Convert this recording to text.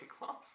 class